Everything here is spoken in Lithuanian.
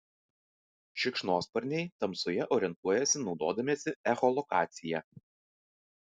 šikšnosparniai tamsoje orientuojasi naudodamiesi echolokacija